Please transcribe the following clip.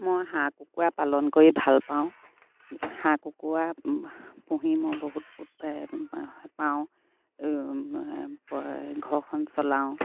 মই হাঁহ কুকুৰা পালন কৰি ভাল পাওঁ হাঁহ কুকুৰা পুহি মই বহুত পাওঁ ঘৰখন চলাওঁ